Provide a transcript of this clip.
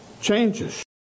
changes